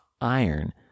iron